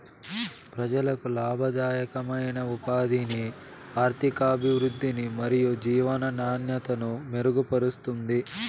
ప్రజలకు లాభదాయకమైన ఉపాధిని, ఆర్థికాభివృద్ధిని మరియు జీవన నాణ్యతను మెరుగుపరుస్తుంది